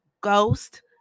Ghost